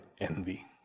envy